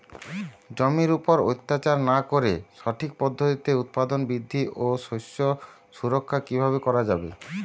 জমির উপর অত্যাচার না করে সঠিক পদ্ধতিতে উৎপাদন বৃদ্ধি ও শস্য সুরক্ষা কীভাবে করা যাবে?